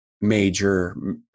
major